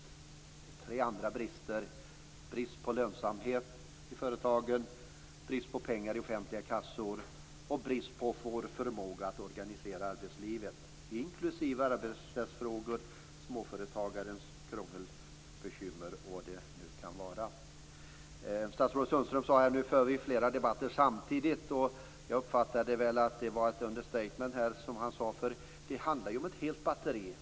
Det är tre andra brister, nämligen brist på lönsamhet i företagen, brist på pengar i offentliga kassor och brist på vår förmåga att organisera arbetslivet, inklusive arbetsrättsfrågor, småföretagares krångel och bekymmer och vad det nu kan vara. Statsrådet Sundström sade att vi för flera debatter samtidigt. Jag uppfattade att det var ett understatement. Det handlar om ett helt batteri.